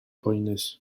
boenus